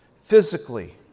Physically